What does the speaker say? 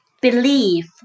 Believe